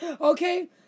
okay